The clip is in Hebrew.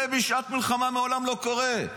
זה בשעת מלחמה לעולם לא קורה.